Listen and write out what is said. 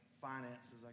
finances